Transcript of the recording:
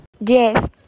Yes